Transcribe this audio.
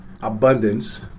abundance